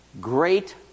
Great